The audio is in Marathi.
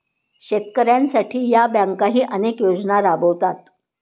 शेतकऱ्यांसाठी या बँकाही अनेक योजना राबवतात